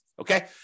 okay